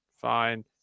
fine